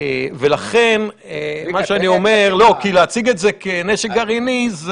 כי להציג את הזה כנשק גרעיני,